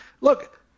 look